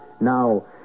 Now